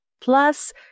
plus